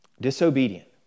disobedient